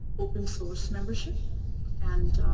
open source membership and